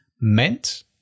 meant